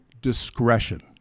Discretion